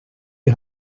die